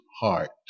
heart